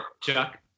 Chuck